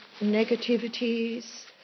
negativities